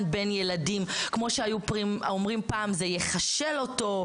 בין ילדים כמו שהיו אומרים פעם זה ייכשל אותו.